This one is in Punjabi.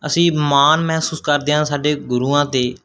ਅਸੀਂ ਮਾਨ ਮਹਿਸੂਸ ਕਰਦੇ ਹਾਂ ਸਾਡੇ ਗੁਰੂਆਂ 'ਤੇ